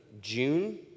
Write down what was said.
june